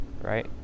Right